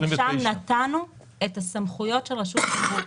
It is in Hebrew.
ושם נתנו את הסמכויות של רשות תימרור.